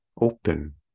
open